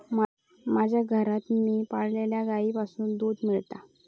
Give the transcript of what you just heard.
माज्या घरात मी पाळलल्या गाईंपासना दूध मेळता